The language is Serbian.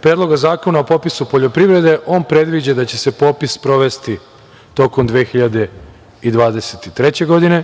Predloga zakona o popisu poljoprivrede, on predviđa da će se popis provesti tokom 2023. godine,